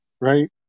right